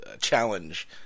challenge